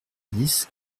dix